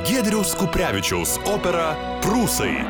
giedriaus kuprevičiaus operą prūsai